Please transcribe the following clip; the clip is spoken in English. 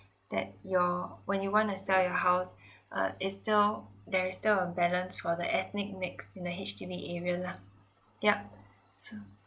that your when you want to sell your house uh it's still there is still a balance for the ethnic mix in the H_D_B area lah yup so